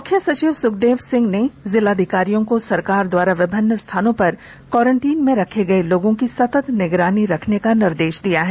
मुख्य सचिव सुखदेव सिंह ने जिलाधिकारियों को सरकार के द्वारा विभिन्न स्थानों पर क्वारांटीन में रखे लोगों की सतत निगरानी रखने का निर्देष दिया है